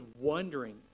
wondering